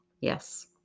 yes